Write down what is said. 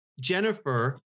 Jennifer